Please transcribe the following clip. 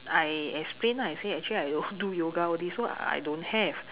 I explain lah I say actually I don't do yoga all this so I don't have